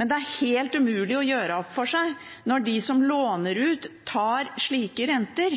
men det er helt umulig å gjøre opp for seg når de som låner ut, tar slike renter.